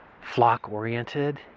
flock-oriented